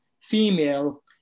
female